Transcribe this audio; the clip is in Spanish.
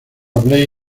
blake